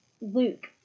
Luke